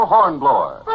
Hornblower